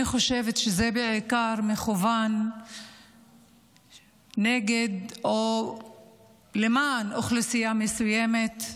אני חושבת שזה מכוון בעיקר למען אוכלוסייה מסוימת,